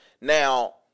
Now